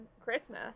christmas